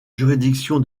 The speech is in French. juridiction